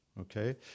okay